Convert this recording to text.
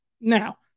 Now